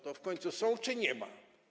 Czy w końcu są, czy nie ma?